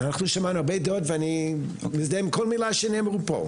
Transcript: אנחנו שמענו הרבה דעות ואני מזדהה עם כל מילה שנאמרה פה,